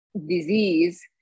disease